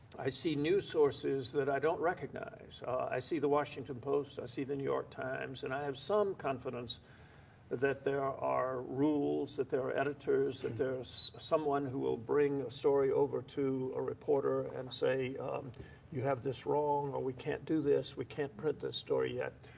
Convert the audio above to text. i see news sources that i don't recognize. i see the washington post, i see the new york times, and i have some confidence that that there are rules, that there are editors, that there's someone who will bring the story over to a reporter and say you have this wrong or we can't do this, we can't print this story yet.